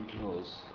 close